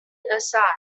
aside